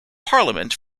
parliament